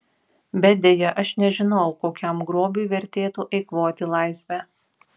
bet deja aš nežinojau kokiam grobiui vertėtų eikvoti laisvę